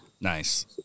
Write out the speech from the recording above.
Nice